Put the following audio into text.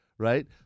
right